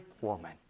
woman